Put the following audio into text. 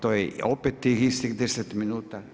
To je opet tih istih 10 minuta.